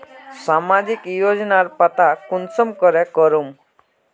सामाजिक योजनार पता कुंसम करे करूम?